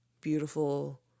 beautiful